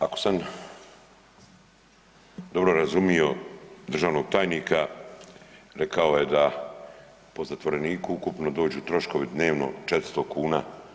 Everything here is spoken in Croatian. Ako sam dobro razumio državnog tajnika rekao je da po zatvoreniku ukupno dođu troškovi dnevno 400 kuna.